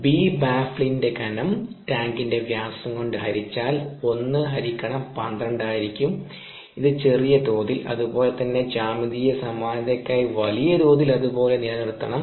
B ബാഫലിന്റെ ഘനം ടാങ്കിന്റെ വ്യാസം കൊണ്ട് ഹരിചാൽ 1 ഹരിക്കണം 12 ആയിരിക്കും ഇത് ചെറിയ തോതിൽ അതുപോലെ തന്നെ ജ്യാമിതീയ സമാനതയ്ക്കായി വലിയ തോതിൽ അതുപോലെ നിലനിർത്തണം